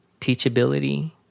teachability